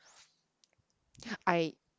I